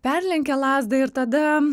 perlenkia lazdą ir tada